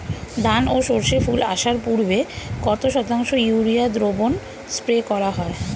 ধান ও সর্ষে ফুল আসার পূর্বে কত শতাংশ ইউরিয়া দ্রবণ স্প্রে করা হয়?